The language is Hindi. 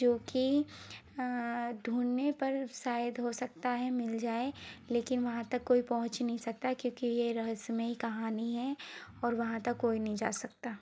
जो कि ढूंढने पर शायद हो सकता है मिल जाए लेकिन वहाँ तक कोई पहुँच ही नहीं सकता क्योंकि ये रहस्यमयी कहानी है और वहाँ तक कोई नहीं जा सकता